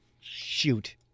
shoot